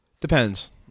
depends